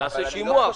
נעשה פה שימוע.